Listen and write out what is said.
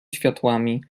światłami